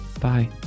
Bye